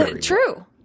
true